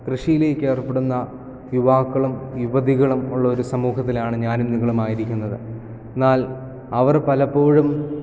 കൃഷിയിലേക്ക് ഏർപ്പെടുന്ന യുവാക്കളും യുവതികളും ഉള്ള ഒരു സമൂഹത്തിലാണ് ഞാനും നിങ്ങളും ആയിരിക്കുന്നത് എന്നാൽ അവർ പലപ്പോഴും